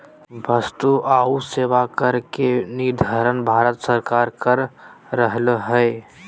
वस्तु आऊ सेवा कर के निर्धारण भारत सरकार कर रहले हें